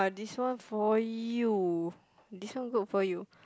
this one for you this one good for you